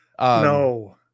No